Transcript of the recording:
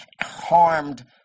harmed